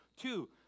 Two